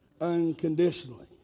unconditionally